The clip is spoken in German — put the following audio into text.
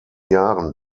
jahren